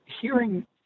hearing